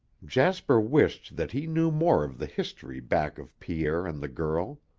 jasper wished that he knew more of the history back of pierre and the girl.